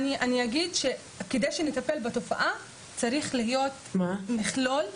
אני אגיד שכדי לטפל בתופעה צריך להיות מכלול,